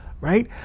right